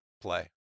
play